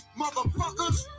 motherfuckers